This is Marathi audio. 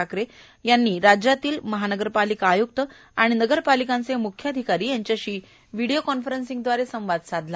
ठाकरे यांनी राज्यातील महानगरपालिका आयुक्त आणि नगरपालिकांचे मुख्याधिकारी यांच्याशी व्हिडिओ कॉन्फरन्सद्वारे संवाद साधला